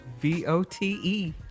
V-O-T-E